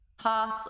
pass